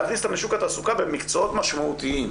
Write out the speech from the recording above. להכניס אותן לשוק התעסוקה במקצועות משמעותיים,